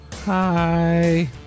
Hi